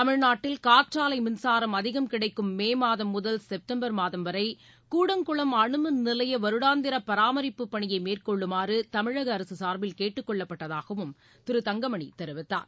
தமிழ்நாட்டில் காற்றாலை மின்சாரம் அதிகம் கிடைக்கும் மே மாதம் முதல் செப்டம்பர் மாதம் வரை கூடங்குளம் அணுமின் நிலைய வருடாந்திர பராமரிப்பு பனியை மேற்கொள்ளுமாறு தமிழக அரசு சார்பில் கேட்டுக்கொள்ளப்பட்டதாகவும் திரு தங்கமணி தெரிவித்தார்